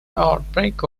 outbreak